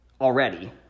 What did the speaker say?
already